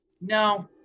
no